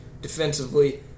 defensively